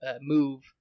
move